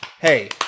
Hey